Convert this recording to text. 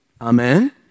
Amen